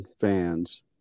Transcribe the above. fans